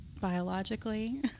biologically